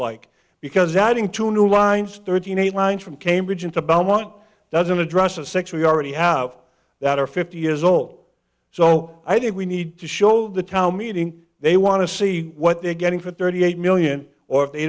like because adding two new lines thirty eight lines from cambridge into belmont doesn't address a six we already have that are fifty years old so i did we need to show the tao meaning they want to see what they're getting for thirty eight million or if they